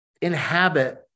inhabit